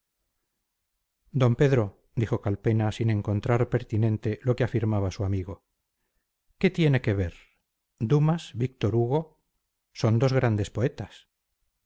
d pedro dijo calpena sin encontrar pertinente lo que afirmaba su amigo qué tiene que ver dumas víctor hugo son dos grandes poetas